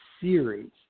series